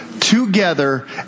together